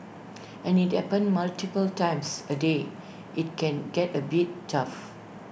and if IT happens multiple times A day IT can get A bit tough